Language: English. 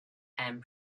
and